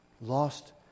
lost